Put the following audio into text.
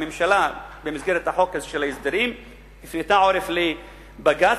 הממשלה במסגרת חוק ההסדרים הפנתה עורף לבג"ץ,